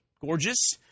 gorgeous